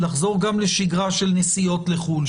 לחזור גם לשגרה של נסיעות לחו"ל,